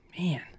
man